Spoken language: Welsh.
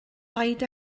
paid